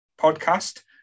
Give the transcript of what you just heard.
podcast